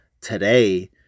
today